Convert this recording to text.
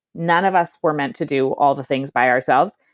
none of us were meant to do all the things by ourselves,